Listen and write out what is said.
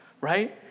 right